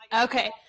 okay